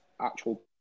actual